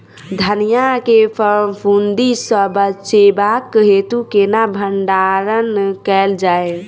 धनिया केँ फफूंदी सऽ बचेबाक हेतु केना भण्डारण कैल जाए?